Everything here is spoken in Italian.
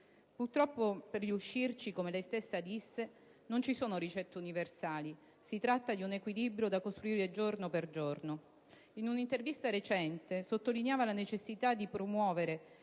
Purtroppo per riuscirci, come lei stessa disse, «non ci sono ricette universali, si tratta di un equilibrio da costruire giorno per giorno». In un'intervista recente, sottolineava la necessità di promuovere